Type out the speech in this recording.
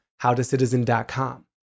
howtocitizen.com